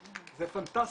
זה פנטסטי.